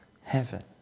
heaven